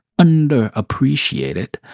underappreciated